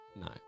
no